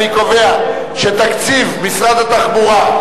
אני קובע שתקציב משרד התחבורה,